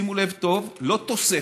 שימו לב טוב, לא תוספת